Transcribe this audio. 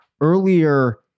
earlier